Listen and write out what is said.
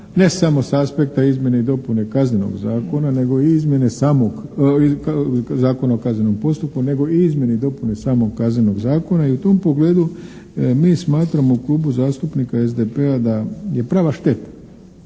ne samo s aspekta izmjene i dopune Kaznenog zakona nego i izmjene samog Zakona o kaznenom postupku nego i izmjeni i dopuni samog Kaznenog zakona i u tom pogledu mi smatramo u Klubu zastupnika SDP-a da je prava šteta